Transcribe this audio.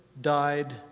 died